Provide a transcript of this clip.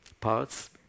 parts